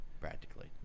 practically